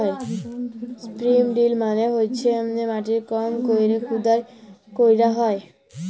strip drill মালে হইসে মাটির কম কইরে খুদাই ক্যইরা হ্যয়